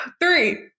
Three